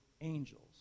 angels